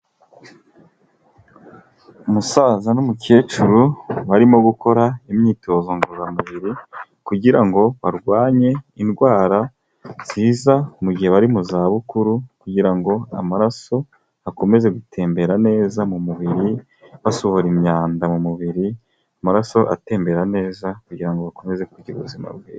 Umusaza n'umukecuru barimo gukora imyitozo ngororamubiri, kugira ngo barwanye indwara ziza mugihe bari mu za bukuru, kugira ngo amaraso akomeze gutembera neza mu mubiri, basohora imyanda mu mubiri, amaraso atembera neza, kugira ngo bakomeze kugira ubuzima bwiza.